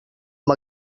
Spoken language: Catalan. amb